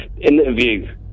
interview